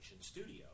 studio